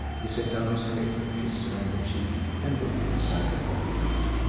he set down his paper, kissed her on the cheek, and looked inside the coffeepot.